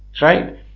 Right